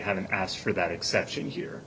haven't asked for that exception here